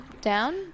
Down